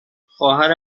خواهر